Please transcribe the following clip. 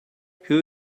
who